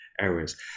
errors